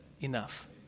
enough